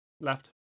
Left